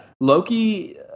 Loki